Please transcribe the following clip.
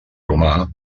romà